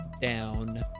down